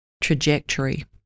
trajectory